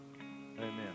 Amen